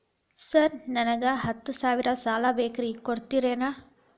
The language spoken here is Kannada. ಸರ್ ನನಗ ಹತ್ತು ಸಾವಿರ ಸಾಲ ಬೇಕ್ರಿ ಕೊಡುತ್ತೇರಾ?